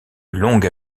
longue